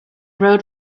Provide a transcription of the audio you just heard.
road